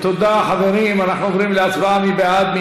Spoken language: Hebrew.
חברים, אנחנו עוברים להצבעה, מי בעד?